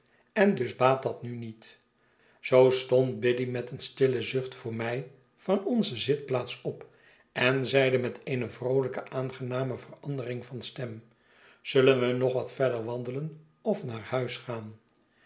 en dus baat dat nu niet zoo stond biddy met een stilien zucht voor mij van onze zitplaats op en zeide met eene vroolijke aangename verandering van stem zullen we nog wat verder wandelen of naar huis gaan